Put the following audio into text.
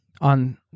on